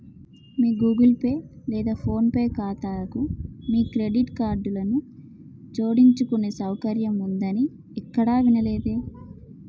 మీ Google pay లేదా phone pay ఖాతాలకు మీ క్రెడిట్ కార్డులను జోడించుకునే సౌకర్యం ఉందని ఎక్కడా వినలేదే